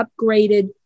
upgraded